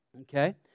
Okay